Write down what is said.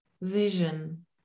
vision